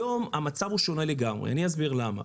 היום המצב הוא שונה לגמרי, אני אסביר למה.